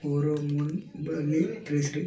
pheromone ಬಲಿ ತಿಳಸ್ರಿ